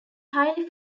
highly